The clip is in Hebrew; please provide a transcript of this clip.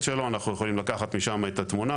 שלו אנחנו יכולים לקחת משם את התמונה,